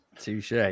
Touche